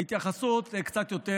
בהתייחסות קצת יותר,